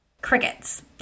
Crickets